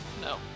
No